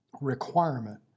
requirement